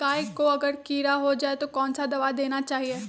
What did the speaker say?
गाय को अगर कीड़ा हो जाय तो कौन सा दवा देना चाहिए?